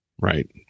Right